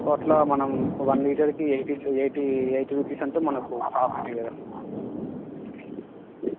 టోటల్గా మనం వన్ లీటర్కి eighty two eighty eighty rupees అంటే మనకు ప్రాఫిట్టే కదా